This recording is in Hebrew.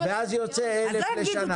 דירות ואז זה יוצא 1,000 לשנה.